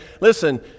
listen